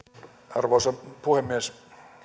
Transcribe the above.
arvoisa puhemies